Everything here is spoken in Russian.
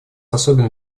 особенно